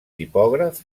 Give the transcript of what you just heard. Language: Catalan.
tipògraf